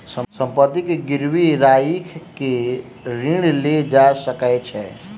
संपत्ति के गिरवी राइख के ऋण लेल जा सकै छै